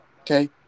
Okay